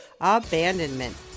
abandonment